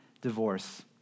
divorce